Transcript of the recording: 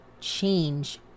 change